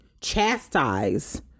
chastise